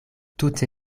tute